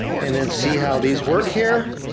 and then see how these work here,